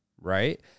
right